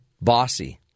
bossy